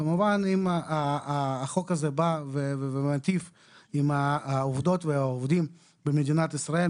כמובן שאם החוק הזה מטיב עם העובדים והעובדות במדינת ישראל,